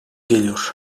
geliyor